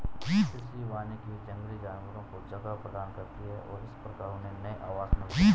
कृषि वानिकी जंगली जानवरों को जगह प्रदान करती है और इस प्रकार उन्हें नए आवास मिलते हैं